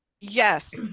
Yes